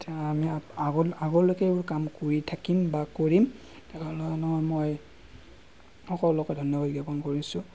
এতিয়া আমি আগলৈকে এইবোৰ কাম কৰি থাকিম বা কৰিম মই সকলোকে ধন্যবাদ জ্ঞাপন কৰিছোঁ